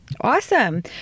Awesome